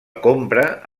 compra